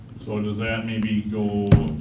so does that maybe go,